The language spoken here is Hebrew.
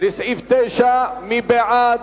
לסעיף 9. מי בעד?